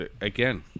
Again